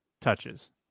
touches